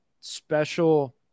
special